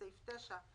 בסעיף 9,